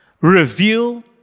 reveal